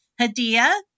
Hadia